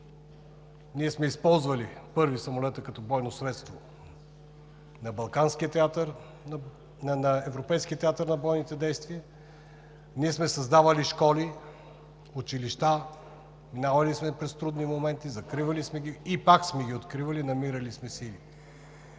сме използвали самолета като бойно средство на европейския театър на бойните действия, ние сме създавали школи, училища, минавали сме през трудни моменти, закривали сме ги и пак сме ги откривали – намирали сме сили.